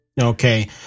Okay